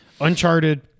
Uncharted